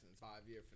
five-year